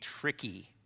tricky